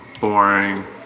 boring